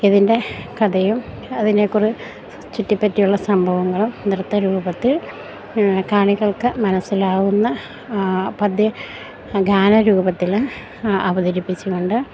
ഇതിൻ്റെ കഥയും അതിനെക്കുറി ചുറ്റിപ്പറ്റിയുള്ള സംഭവങ്ങളും നൃത്ത രൂപത്തിൽ കാണികൾക്ക് മനസ്സിലാവുന്ന പദ്യ ഗാന രൂപത്തിൽ അവതരിപ്പിച്ചുകൊണ്ട്